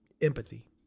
empathy